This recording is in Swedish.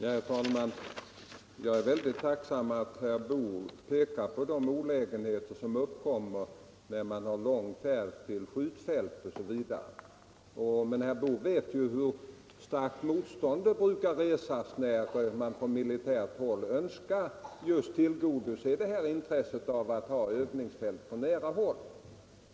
Herr talman! Jag är väldigt tacksam för att herr Boo pekar på de olägenheter som uppkommer när militären har för lång färd till skjutfält osv. Men herr Boo vet ju hur starkt motstånd det brukar resas när man från militärt håll önskar tillgodose intresset av att ha övningsfält på nära 41 håll.